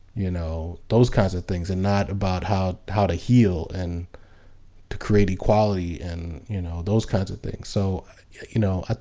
you know those kinds of things, and not about how how to heal and to create equality and you know those kinds of things. so you know, ah